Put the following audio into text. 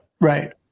Right